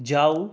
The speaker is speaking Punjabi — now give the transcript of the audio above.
ਜਾਓ